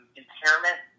impairment